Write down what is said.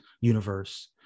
universe